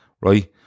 right